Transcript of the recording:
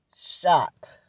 shot